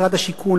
למשרד השיכון,